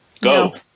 Go